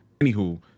Anywho